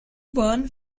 bahn